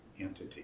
entity